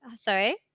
Sorry